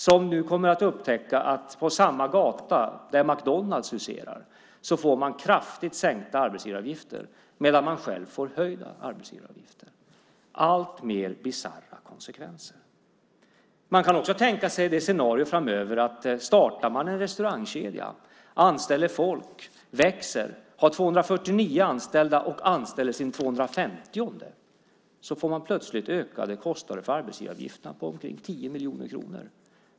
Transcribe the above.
De har fått upptäcka att McDonalds, som huserar på samma gata, får kraftigt sänkta arbetsgivaravgifter, medan man själv får höjda arbetsgivaravgifter. Konsekvenserna blir alltmer bisarra. Man kan också framöver tänka sig scenariot att man startar en restaurangkedja, anställer folk, växer och så småningom har 249 anställda. Men anställer man sin 250:e får man plötsligt ökade kostnader för arbetsgivaravgifterna på omkring 10 miljoner kronor.